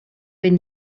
wenn